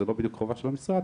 זו לא בדיוק חובה של המשרד,